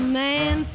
man